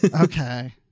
okay